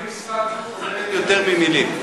לפעמים שפת גוף אומרת יותר ממילים.